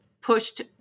pushed